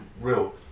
real